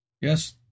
Yes